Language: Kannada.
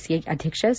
ಸಿಐ ಅಧ್ಯಕ್ಷ ಸಿ